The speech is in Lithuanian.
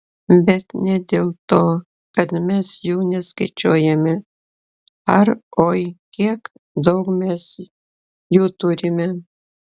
bet ne dėl to kad mes jų neskaičiuojame ar oi kiek daug mes jų turime